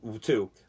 two